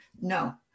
No